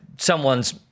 someone's